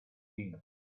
been